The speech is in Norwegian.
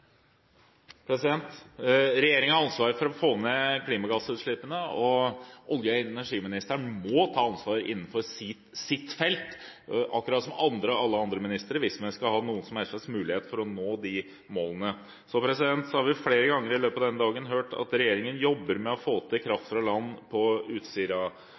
har ansvaret for å få ned klimagassutslippene, og olje- og energiministeren må ta ansvar innenfor sitt felt, akkurat som alle andre ministre, hvis man skal ha noen som helst slags mulighet til å nå de målene. Så har vi flere ganger i løpet av denne dagen hørt at regjeringen jobber for å få til kraft fra land på